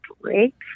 break